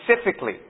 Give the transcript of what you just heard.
specifically